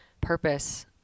purpose